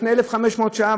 לפני 1,500 שנה,